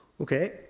Okay